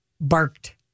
barked